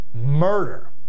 murder